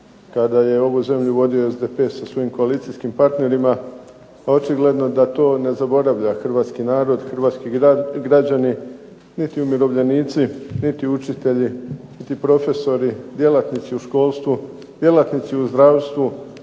kada je ovu zemlju vodio SDP sa svojim koalicijskim partnerima. Očigledno da to ne zaboravlja hrvatski narod, hrvatski građani niti umirovljenici niti učitelji niti profesori, djelatnici u školstvu, djelatnici u zdravstvu,